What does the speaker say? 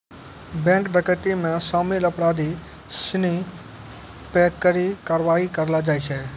bank डकैती मे शामिल अपराधी सिनी पे कड़ी कारवाही करलो जाय छै